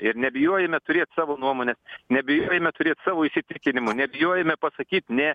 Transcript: ir nebijojime turėt savo nuomonę nebijojime turėt savo įsitikinimų nebijojime pasakyt ne